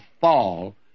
fall